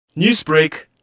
Newsbreak